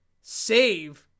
save